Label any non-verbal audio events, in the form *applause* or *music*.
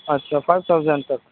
اچھا پانچ سو *unintelligible* تک